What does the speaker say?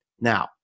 Now